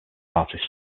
artists